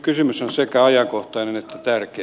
kysymys on sekä ajankohtainen että tärkeä